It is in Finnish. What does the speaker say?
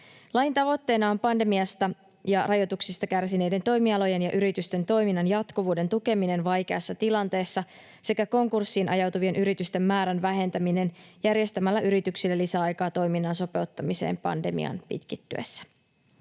Lain tavoitteena on pandemiasta ja rajoituksista kärsineiden toimialojen ja yritysten toiminnan jatkuvuuden tukeminen vaikeassa tilanteessa sekä konkurssiin ajautuvien yritysten määrän vähentäminen järjestämällä yrityksille lisäaikaa toiminnan sopeuttamiseen pandemian pitkittyessä.